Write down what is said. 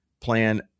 plan